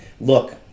look